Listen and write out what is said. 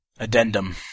Addendum